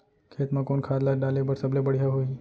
खेत म कोन खाद ला डाले बर सबले बढ़िया होही?